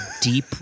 deep